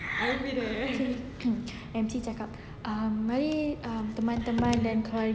emcee cakap um mari um teman-teman dan keluarga